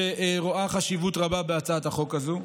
שרואה חשיבות רבה בהצעת החוק הזו,